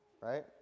right